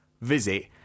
Visit